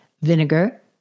vinegar